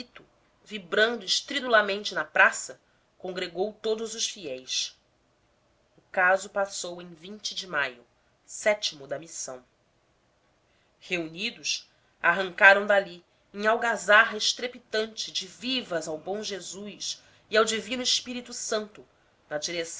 apito vibrando estridulamente na praça congregou todos os fiéis o caso passou em de maio sétimo da missão reunidos arrancaram dali em algazarra estrepitante de vivas ao bom jesus e ao divino espírito santo